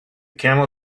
camel